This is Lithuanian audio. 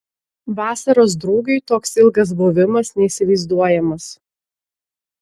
vasaros drugiui toks ilgas buvimas neįsivaizduojamas